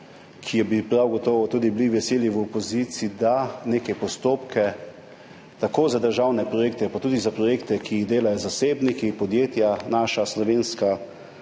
bi bili prav gotovo veseli tudi v opoziciji, da neke postopke tako za državne projekte kot tudi za projekte, ki jih delajo zasebniki, podjetja, naša, slovenska